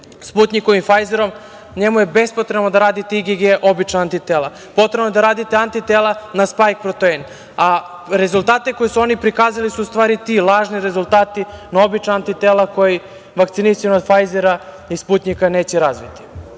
"Sputnikom" ili "Fajzerom", njemu je bespotrebno da radi IGG obična antitela. Potrebno je da radite antitela na spajk protein, a rezultate koji su oni prikazali su u stvari ti lažni rezultati na obična antitela koji vakcinisani od „Fajzera“ i „Sputnika“ neće razviti. Znate,